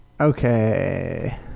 Okay